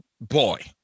boy